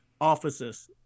offices